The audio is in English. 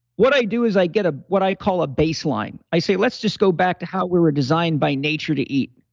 what i do is i get ah what i call a baseline. i say, let's just go back to how we were designed by nature to eat.